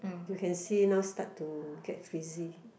you can see now start to get frizzy